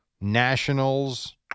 Nationals